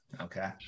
Okay